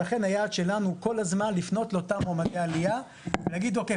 ולכן היעד שלנו הוא כל הזמן לפנות לאותם מועמדי עלייה ולהגיד "אוקיי,